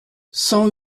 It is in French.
cent